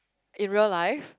in real life